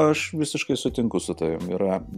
aš visiškai sutinku su tavim yra